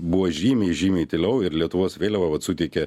buvo žymiai žymiai tyliau ir lietuvos vėliava vat suteikė